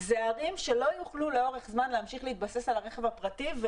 זה ערים שלא יוכלו להמשיך להתבסס על הרכב הפרטי לאורך זמן,